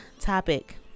topic